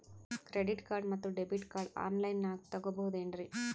Credit card ಮತ್ತು debit card ಆನ್ ಲೈನಾಗ್ ತಗೋಬಹುದೇನ್ರಿ?